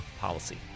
policy